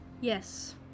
Yes